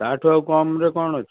ତା ଠାରୁ ଆଉ କମ୍ରେ କ'ଣ ଅଛି